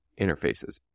interfaces